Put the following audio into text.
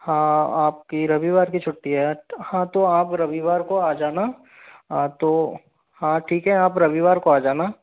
हाँ आपकी रविवार की छुट्टी है हाँ तो आप रविवार को आ जाना आप तो हाँ ठीक है आप रविवार को आ जाना